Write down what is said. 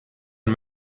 and